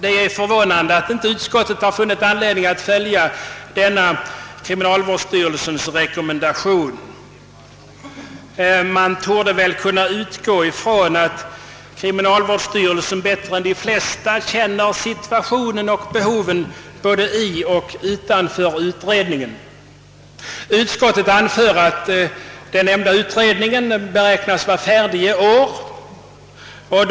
Det är förvånande att inte utskottet har funnit anledning att följa denna kriminalvårdsstyrelsens rekommendation. Man torde väl kunna utgå från att kriminalvårdsstyrelsen bättre än de flesta känner situationen och behoven både i och utanför utredningen. Utskottet anför att den nämnda utredningen beräknas vara färdig i år.